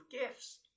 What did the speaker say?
gifts